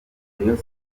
rayon